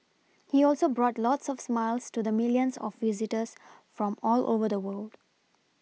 he also brought lots of smiles to the milLions of visitors from all over the world